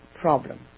problem